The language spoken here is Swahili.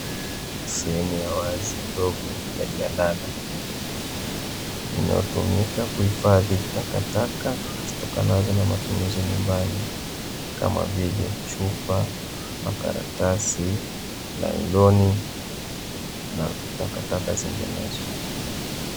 Sehemu ya wazi ndogo ya jalala inayotumika kuhifadhi takataka, zitokanazo matumizi ya nyumbani kama vile; chupa, makaratasi, naironi na takataka zinginezo.